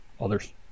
others